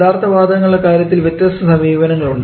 യഥാർത്ഥ വാതകങ്ങളുടെ കാര്യത്തിൽ വിവിധ സമീപനങ്ങൾ ഉണ്ട്